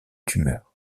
tumeur